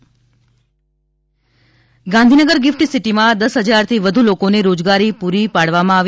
ત ગાંધીનગર ગિફ્ટ સિટીમાં દસ ફજારથી વધુ લોકોને રોજગારી પૂરી પાડવામાં આવી